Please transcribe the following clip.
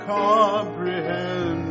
comprehend